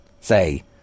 say